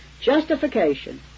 Justification